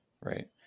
right